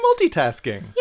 multitasking